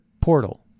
portal